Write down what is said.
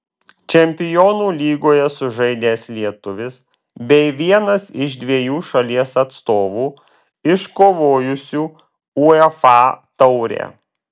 čempionų lygoje sužaidęs lietuvis bei vienas iš dviejų šalies atstovų iškovojusių uefa taurę